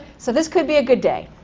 so this could be a good day.